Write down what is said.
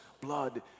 blood